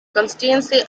constituency